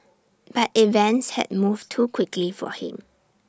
but events had moved too quickly for him